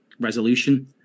resolution